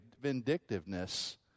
vindictiveness